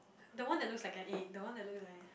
the one that looks like an egg the one that looks like